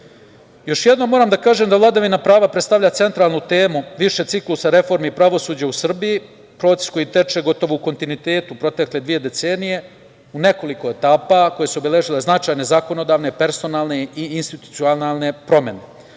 jednom moram da kažem da vladavina prava predstavlja centralnu temu više ciklusa reformi pravosuđa u Srbiji, proces koji teče gotovo u kontinuitetu protekle dve decenije, u nekoliko etapa koje su obeležile značajne zakonodavne, personalne i institucionalne promene. Danas